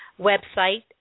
website